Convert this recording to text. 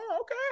Okay